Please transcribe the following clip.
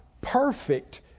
perfect